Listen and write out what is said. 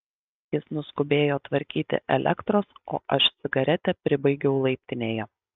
jis nuskubėjo tvarkyti elektros o aš cigaretę pribaigiau laiptinėje